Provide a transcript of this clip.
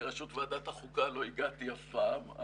לראשות ועדת החוקה לא הגעתי אף פעם.